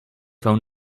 phone